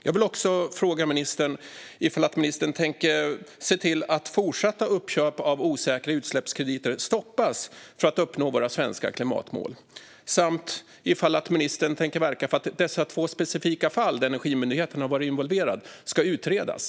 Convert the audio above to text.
Jag vill också fråga ministern om hon tänker se till att fortsatta uppköp av osäkra utsläppskrediter stoppas för att uppnå våra svenska klimatmål samt om hon tänker verka för att dessa två specifika fall, där Energimyndigheten har varit involverad, ska utredas.